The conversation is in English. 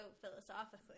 philosophically